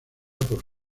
por